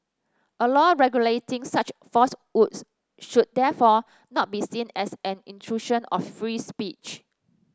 a law regulating such falsehoods should therefore not be seen as an incursion of free speech